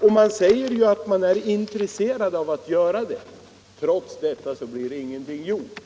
Och man säger ju att man är intresserad av att göra det. Trots det blir ingenting gjort.